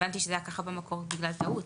הבנתי שזה היה ככה במקור בגלל טעות.